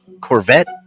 Corvette